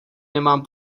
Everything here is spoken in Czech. nemám